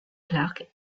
clarke